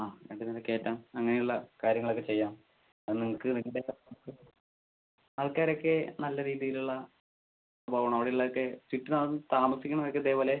ആ രണ്ട് നില കയറ്റാം അങ്ങനെ ഉള്ള കാര്യങ്ങൾ ഒക്കെ ചെയ്യാം അത് നിങ്ങൾക്ക് ആൾക്കാരൊക്കെ നല്ല രീതിയിൽ ഉള്ള പോവണം അവിടെ ഉള്ള ഒക്കെ ചുറ്റുപാടും താമസിക്കുന്നത് ഒക്കെ ഇതേപോലെ